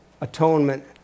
atonement